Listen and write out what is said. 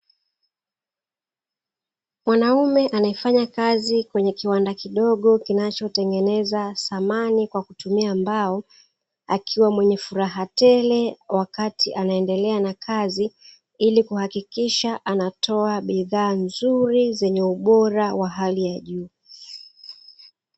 Mwanaume anaefanya kazi kwenye kiwanda kidogo kinachotengeneza samani kwa kutumia mbao, akiwa mwenye furaha tele wakati anaendelea na kazi ili kuhakikisha anatoa bidhaa nzuri zenye ubora wa hali ya juu.